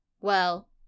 Well